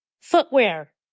Footwear